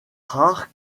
rare